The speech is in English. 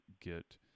get